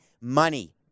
Money